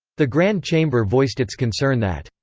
the grand chamber voiced its concern that,